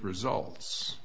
results